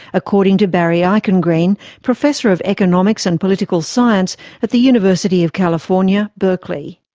according to barry eichengreen, professor of economics and political science at the university of california, berkeley.